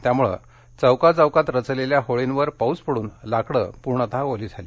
त्यामुळे चौकाचौकात रचलेल्या होळीवर पाउस पडून लाकडं पूर्ण ओली झाली